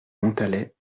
montalet